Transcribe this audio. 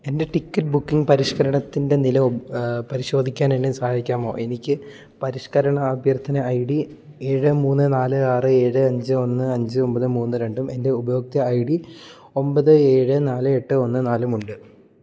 എൻ്റെ ticket booking പരിഷ്ക്കരണത്തിൻ്റെ നില പരിശോധിക്കാൻ എന്നെ സഹായിക്കാമോ എനിക്ക് പരിഷ്ക്കരണ അഭ്യർത്ഥന ഐ ഡി ഏഴ് മൂന്ന് നാല് ആറ് ഏഴ് അഞ്ച് ഒന്ന് അഞ്ച് ഒമ്പത് മൂന്ന് രണ്ടും എൻ്റെ ഉപയോക്തൃ ഐ ഡി ഒമ്പത് ഏഴ് നാല് എട്ട് ഒന്ന് നാലും ഉണ്ട്